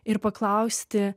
ir paklausti